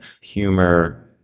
Humor